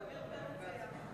עמיר פרץ היה.